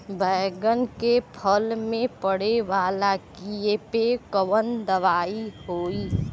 बैगन के फल में पड़े वाला कियेपे कवन दवाई होई?